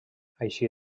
així